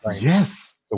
Yes